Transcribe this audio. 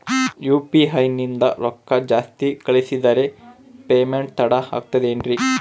UPI ನಿಂದ ರೊಕ್ಕ ಜಾಸ್ತಿ ಕಳಿಸಿದರೆ ಪೇಮೆಂಟ್ ತಡ ಆಗುತ್ತದೆ ಎನ್ರಿ?